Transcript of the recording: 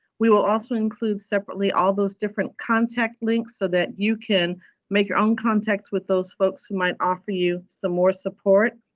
we will also include separately all those different contact links so that you can make your own contacts with those folks who might offer you some more support.